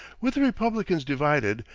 with the republicans divided,